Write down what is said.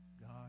God